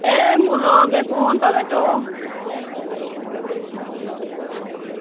এ মূলো বেগুন টমেটো